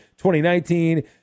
2019